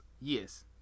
yes